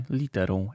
literą